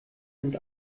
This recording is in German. nimmt